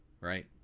right